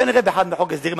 כנראה באחד מחוקי ההסדרים,